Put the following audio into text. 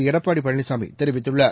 எடப்பாடி பழனிசாமி தெரிவித்துள்ளார்